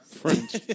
French